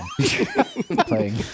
Playing